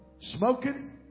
smoking